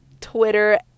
Twitter